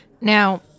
Now